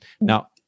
now